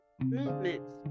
movements